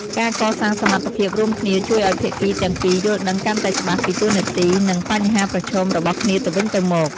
ការកសាងសមត្ថភាពរួមគ្នាជួយឱ្យភាគីទាំងពីរយល់ដឹងកាន់តែច្បាស់ពីតួនាទី និងបញ្ហាប្រឈមរបស់គ្នាទៅវិញទៅមក។